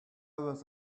was